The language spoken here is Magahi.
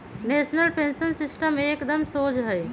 नेशनल पेंशन सिस्टम एकदम शोझ हइ